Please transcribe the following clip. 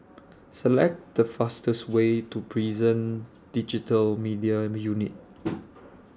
Select The fastest Way to Prison Digital Media Unit